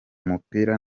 mupira